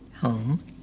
home